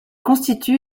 constitue